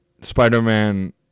Spider-Man